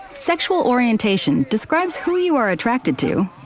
sexual orientation describes who you are attracted to,